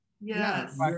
Yes